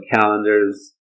calendars